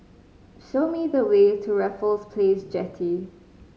show me the way to Raffles Place Jetty